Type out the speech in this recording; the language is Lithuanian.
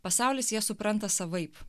pasaulis jas supranta savaip